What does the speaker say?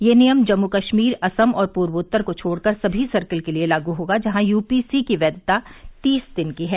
यह नियम जम्मू कश्मीर असम और पूर्वोत्तर को छोड़कर सभी सर्किल के लिए लागू होगा जहां यूपीसी की वैघता तीस दिन की है